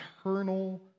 eternal